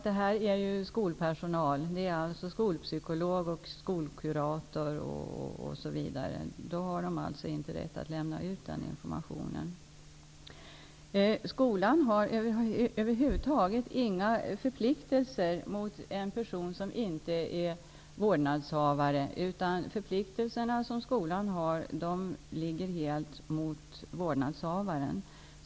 Då har skolpersonalen, skolpsykolog och skolkurator, inte rätt att lämna ut informationen. Skolan har över huvud taget inga förpliktelser mot en person som inte är vårdnadshavare. Skolans förpliktelser riktar sig helt mot vårdnadshavaren.